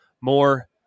more